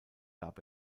gab